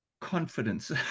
confidence